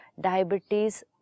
Diabetes